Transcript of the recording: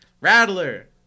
rattler